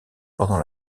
pendant